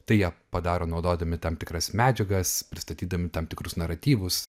tai jie padaro naudodami tam tikras medžiagas pristatydami tam tikrus naratyvus